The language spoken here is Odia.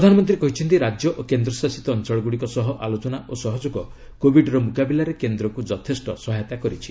ପ୍ରଧାନମନ୍ତ୍ରୀ କହିଛନ୍ତି ରାଜ୍ୟ ଓ କେନ୍ଦ୍ର ଶାସିତ ଅଞ୍ଚଳଗୁଡ଼ିକ ସହ ଆଲୋଚନା ଓ ସହଯୋଗ କୋବିଡ୍ର ମୁକାବିଲାରେ କେନ୍ଦ୍ରକୁ ଯଥେଷ୍ଟ ସହାୟତା କରିଛି